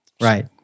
right